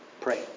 Pray